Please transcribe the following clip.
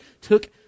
took